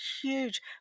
huge